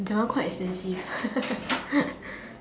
that one quite expensive